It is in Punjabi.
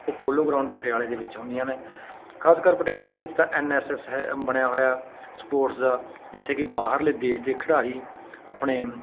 ਉਹ ਪੋਲੋ ਗਰਾਉਂਡ ਪਟਿਆਲੇ ਦੇ ਵਿੱਚ ਹੁੰਦੀਆਂ ਨੇ ਖਾਸ ਕਰ ਪਟਿਆਲੇ ਦੇ ਵਿੱਚ ਤਾਂ ਐੱਨ ਐੱਸ ਐੱਸ ਹੈ ਬਣਿਆ ਹੋਇਆ ਸਪੋਰਟਸ ਦਾ ਜਿੱਥੇ ਕੀ ਬਾਹਰਲੇ ਦੇਸ਼ ਦੇ ਖਿਡਾਰੀ ਆਪਣੇ